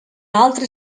altre